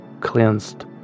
cleansed